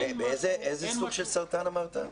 איזה סוג של סרטן אמרת?